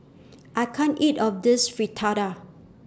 I can't eat All of This Fritada